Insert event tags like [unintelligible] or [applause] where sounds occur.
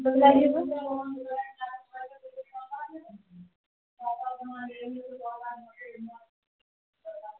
[unintelligible]